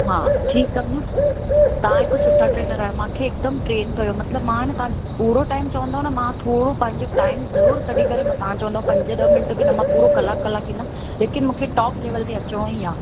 हा ठीकु आहे न तव्हां हिकु सुठा ट्रेनर आहियो मूंखे हिकदमि ट्रेन कयो मतलबु मां आहे न तव्हां पूरो टाइम चवंदव न मां थोरो पंहिंजो टाइम ज़रूरु कढी करे तव्हां चवंदा पंज ॾह मिंट बि न मां पूरो कलाकु कलाकु ईंदमि लेकिनि मूंखे टॉप लेवल ते अचिणो ई आहे